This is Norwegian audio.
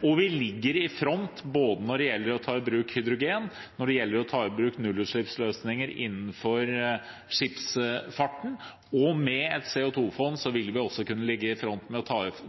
Vi ligger i front når det gjelder å ta i bruk hydrogen – når det gjelder å ta i bruk nullutslippsløsninger innenfor skipsfarten. Med et CO2-fond vil vi også kunne ligge i front,